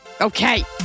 Okay